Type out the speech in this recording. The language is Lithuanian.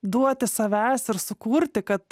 duoti savęs ir sukurti kad